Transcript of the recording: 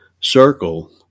circle